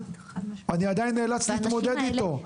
אני עדיין נאלץ להתמודד אתו,